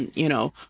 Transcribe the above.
you know,